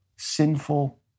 Sinful